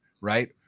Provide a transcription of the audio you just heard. right